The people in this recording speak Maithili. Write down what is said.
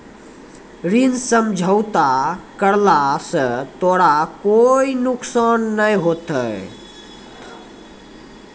ऋण समझौता करला स तोराह कोय नुकसान नाय होथा